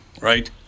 Right